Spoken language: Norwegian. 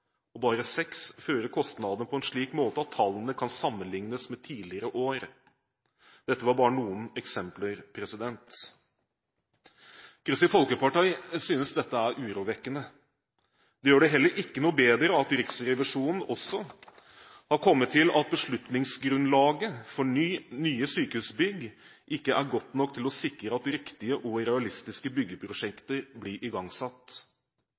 og bare seks fører kostnadene på en slik måte at tallene kan sammenlignes med tidligere år. Dette var bare noen eksempler. Kristelig Folkeparti synes dette er urovekkende. Det gjør det heller ikke noe bedre at Riksrevisjonen også har kommet til at beslutningsgrunnlaget for nye sykehusbygg ikke er godt nok til å sikre at riktige og realistiske byggeprosjekter blir igangsatt.